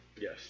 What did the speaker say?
Yes